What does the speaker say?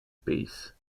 peace